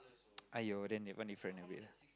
!aiyo! then that one different a bit lah